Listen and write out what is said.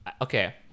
okay